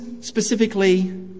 specifically